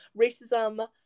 racism